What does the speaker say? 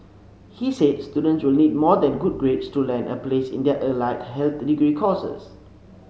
he said students will need more than good grades to land a place in their allied health did degree courses